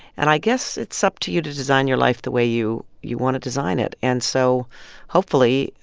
and i guess it's up to you to design your life the way you you want to design it. and so hopefully,